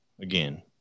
again